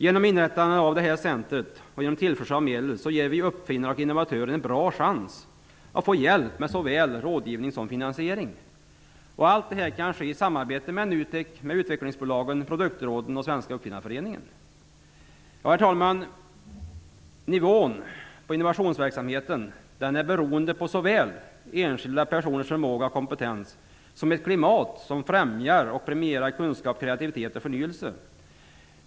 Genom inrättandet av Innovationscentrum och genom tillförsel av medel ger vi ju uppfinnare och innovatörer en bra chans att få hjälp med såväl rådgivning som finansiering. Allt detta kan ske i samarbete med NUTEK, utbildningsbolagen, produktråden och Svenska uppfinnareföreningen. Herr talman! Nivån på innovationsverksamheten är beroende av såväl enskilda personers förmåga och kompetens som ett klimat som främjar och premierar kunskap, kreativitet och förnyelse.